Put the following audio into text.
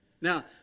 Now